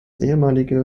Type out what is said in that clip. ehemalige